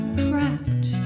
trapped